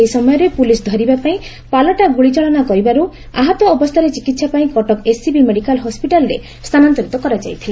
ସେହି ସମୟରେ ପୁଲିସ୍ ଧରିବାପାଇଁ ପାଲଟା ଗୁଳିଚାଳନା କରିଥିବାରୁ ଆହତ ଅବସ୍ତାରେ ଚିକିହାପାଇଁ କଟକ ଏସ୍ସିବି ମେଡିକାଲ୍ ହସ୍ପିଟାଲ୍ ସ୍ତାନାନ୍ତରିତ କରାଯାଇଥିଲା